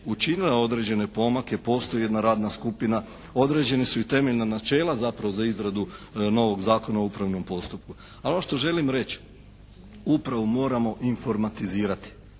učinila određene pomake. Postoji jedna radna skupina. Određena su i temeljna načela zapravo za izradu novog Zakona o upravnom postupku. Ali, ono što želim reći, upravu moramo informatizirati.